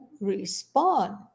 respond